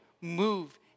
move